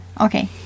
Okay